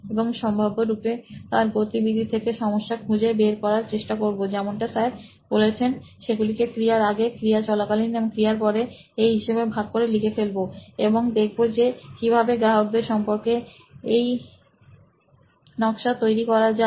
এবং সম্ভাব্যরূপে তার গতিবিধি থেকে সমস্যা খু জে বের করার চেষ্টা করবো যেমনটা স্যার বলেছেন সেগুলিকে ক্রিয়ার আগে ক্রিয়া চলাকালীন এবং ক্রিয়ার পরে এই হিসাবে ভাগ করে লিখে ফেলবো এবং দেখবো যে কিভাবে গ্রাহকদের সম্পর্কে এই দিয়ে নকশা তৈরি করা যায়